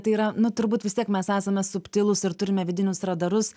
tai yra nu turbūt vis tiek mes esame subtilūs ir turime vidinius radarus